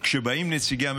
כשבאים נציגי הממשלה,